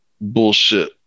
bullshit